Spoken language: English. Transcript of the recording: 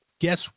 Guess